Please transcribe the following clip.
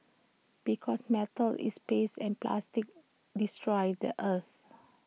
because metal is passe and plastic destroys the earth